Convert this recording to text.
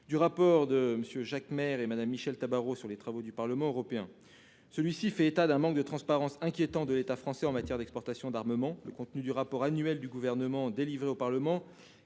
des députés Jacques Maire et Michèle Tabarot sur les travaux du Parlement européen en la matière. Ce dernier document fait état d'un manque de transparence inquiétant de l'État français en matière d'exportation d'armement. Le contenu du rapport annuel du Gouvernement délivré au Parlement